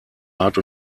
art